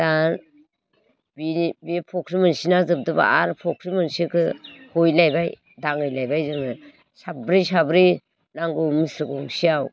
दा बिनि बि फख्रि मोनसेना जोबदोबा आर फख्रि मोनसेखो हहैलायबाइ दांहैलायबाय जोङो साब्रै साब्रै नांगौ मुस्रि गंसेयाव